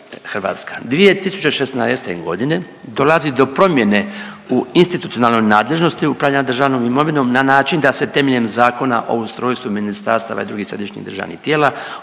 RH. 2016. godine dolazi do promjene u institucionalnoj nadležnosti upravljanja državnom imovinom na način da se temeljem Zakona o ustrojstvu ministarstava i drugih središnjih državnih tijela